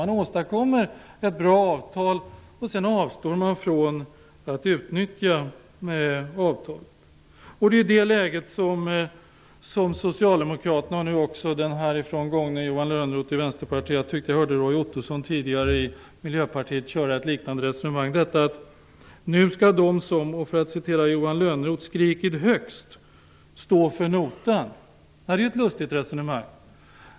Man åstadkommer ett bra avtal och avstår sedan från att utnyttja det. Det är i det läget som socialdemokraterna och också den härifrån gångne Johan Lönnroth i Vänsterpartiet befinner sig. Jag tyckte att jag tidigare hörde Roy Ottosson i Miljöpartiet föra ett liknande resonemang. Nu skall de som, för att citera Johan Lönnroth, skrikit högst stå för notan. Det är ett lustigt resonemang.